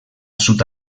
sud